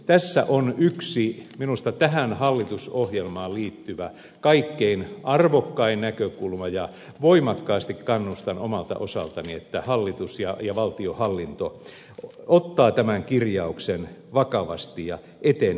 tässä on minusta tähän hallitusohjelmaan liittyvä kaikkein arvokkain näkökulma ja voimakkaasti kannustan omalta osaltani että hallitus ja valtionhallinto ottaa tämän kirjauksen vakavasti ja etenee tällä alueella